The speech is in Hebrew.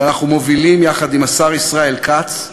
שאנחנו מובילים יחד עם השר ישראל כץ,